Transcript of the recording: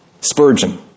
Spurgeon